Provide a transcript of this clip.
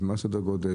מה סדר הגודל.